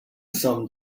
some